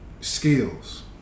Skills